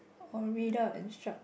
or read out instruc~